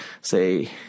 Say